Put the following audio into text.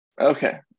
Okay